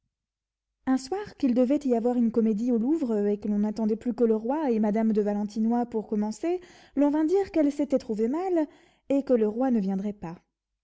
un soir qu'il devait y avoir une comédie au louvre et que l'on n'attendait plus que le roi et madame de valentinois pour commencer l'on vint dire qu'elle s'était trouvée mal et que le roi ne viendrait pas